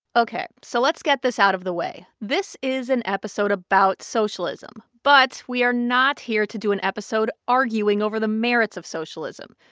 ok, so let's get this out of the way. this is an episode about socialism, but we are not here to do an episode arguing over the merits of socialism.